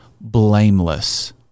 blameless